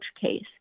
case